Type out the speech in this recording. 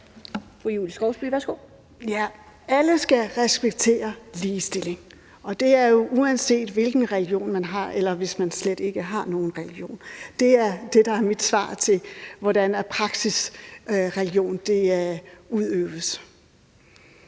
Alle skal respektere ligestilling, og det er jo, uanset hvilken religion man har, eller hvis man slet ikke har nogen religion. Det er det, der er mit svar på, hvordan praksisreligion udøves.